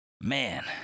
Man